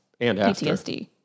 PTSD